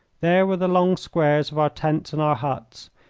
there were the long squares of our tents and our huts,